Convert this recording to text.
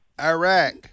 Iraq